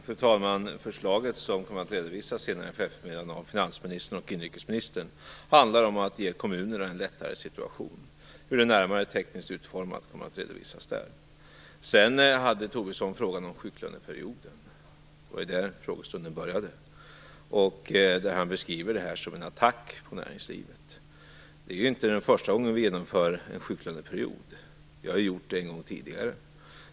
Fru talman! Det förslag som senare i eftermiddag kommer att redovisas av finansministern och inrikesministern handlar om att ge kommunerna en lättare situation. Hur det är närmare tekniskt utformat kommer att redovisas där. Sedan hade Tobisson frågan om sjuklöneperioden - det var där frågestunden började - där han beskriver det här som en attack på näringslivet. Det är inte första gången vi genomför en sjuklöneperiod - vi har gjort det en gång tidigare.